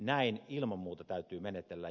näin ilman muuta täytyy menetellä